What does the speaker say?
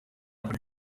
ubona